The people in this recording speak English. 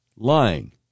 lying